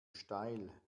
steil